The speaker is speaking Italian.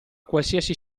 qualsiasi